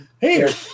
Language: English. Hey